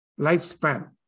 lifespan